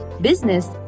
business